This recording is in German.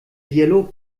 dialog